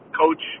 coach